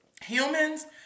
humans